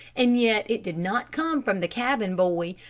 and yet it did not come from the cabin boy,